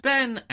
Ben